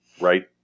right